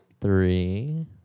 three